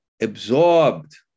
absorbed